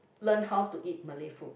learn how to eat Malay food